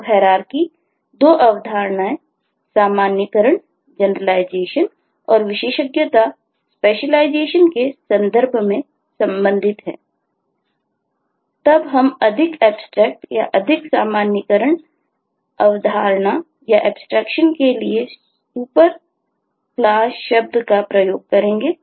तो हैरारकी के लिए सुपर क्लास शब्द का उपयोग करेंगे